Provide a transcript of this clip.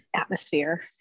atmosphere